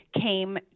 came